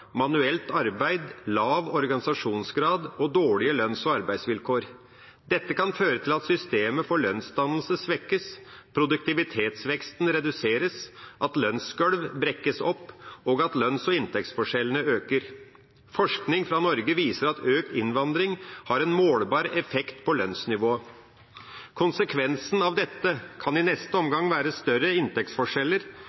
manuelt arbeid, lav organisasjonsgrad, og dårlige lønns- og arbeidsvilkår. Dette kan føre til at systemet for lønnsdannelse svekkes, produktivitetsveksten reduseres, at lønnsgolvet brekker opp og at lønns- og inntektsforskjellene øker. Forskning fra Norge viser at økt innvandring har en målbar effekt på lønnsnivået . Konsekvensen av dette kan i neste